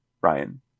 Ryan